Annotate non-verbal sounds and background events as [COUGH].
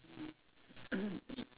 mm [NOISE] mm mm